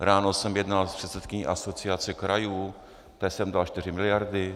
Ráno jsem jednal s předsedkyní Asociace krajů, té jsem dal čtyři miliardy.